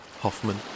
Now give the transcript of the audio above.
Hoffman